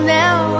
now